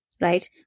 right